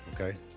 Okay